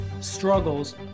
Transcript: struggles